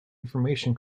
information